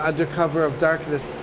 under cover of darkness.